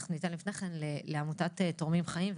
אנחנו ניתן לפני כן לעמותת תורמים חיים,